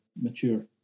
mature